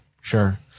Sure